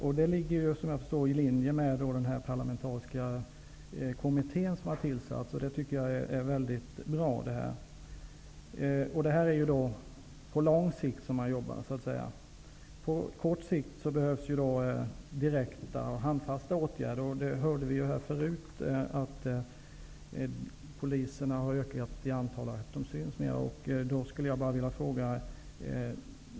Det arbetet ligger i linje med den parlamentariska kommitté som tillsatts, vilket jag tycker är väldigt bra, och gäller ett arbete på lång sikt. På kort sikt behövs direkta och handfasta åtgärder. Som vi hörde av justitieministern har också poliserna ökat i antal och syns mer.